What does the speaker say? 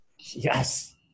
Yes